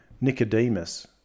Nicodemus